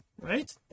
right